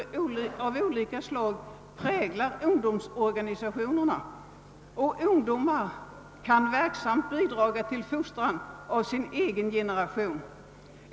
av olika slag präglar ungdomsorganisationerna. Ungdomar kan verksamt bidra till fostran av sin egen generation.